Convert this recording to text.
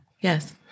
yes